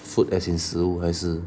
food as in 食物还是